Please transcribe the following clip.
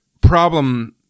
problem